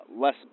less